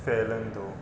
फैलंदो